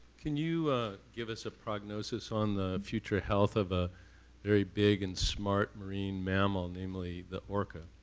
can you give us a prognosis on the future health of a very big and smart marine mammal, namely the orca?